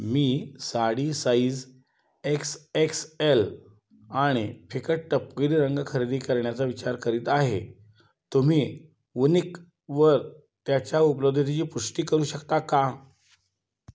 मी sari size X X L आणि फिकट तपकिरी रंग खरेदी करण्याचा विचार करीत आहे तुम्ही उनिकवर त्याच्या उपलब्धतीची पुष्टी करू शकता का